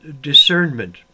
discernment